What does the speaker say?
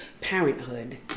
parenthood